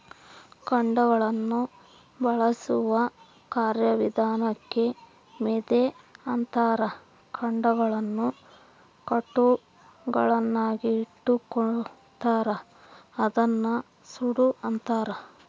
ಕಾಂಡಗಳನ್ನು ಬಂಧಿಸುವ ಕಾರ್ಯವಿಧಾನಕ್ಕೆ ಮೆದೆ ಅಂತಾರ ಕಾಂಡಗಳನ್ನು ಕಟ್ಟುಗಳಾಗಿಕಟ್ಟುತಾರ ಅದನ್ನ ಸೂಡು ಅಂತಾರ